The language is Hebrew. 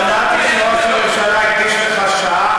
שמעתי שראש הממשלה הקדיש לך שעה,